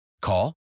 Call